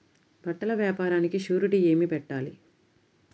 బట్టల వ్యాపారానికి షూరిటీ ఏమి పెట్టాలి?